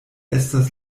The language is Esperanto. estas